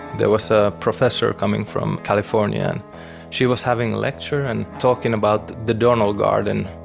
there was a professor coming from california, and she was having a lecture and talking about the donnell garden.